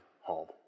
home